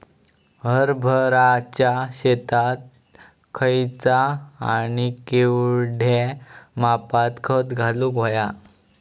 हरभराच्या शेतात खयचा आणि केवढया मापात खत घालुक व्हया?